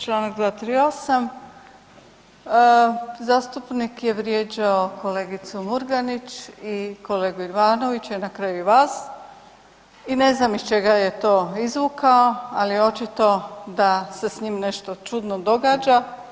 Čl. 238., zastupnik je vrijeđao kolegicu Murganić i kolegu Ivanovića i na kraju i vas i ne znam iz čega je to izvukao, ali očito da se s njim nešto čudno događa.